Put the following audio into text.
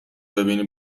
ببینی